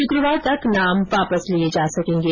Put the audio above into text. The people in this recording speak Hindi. शुक्रवार तक नाम वापस लिये जा सकेंगे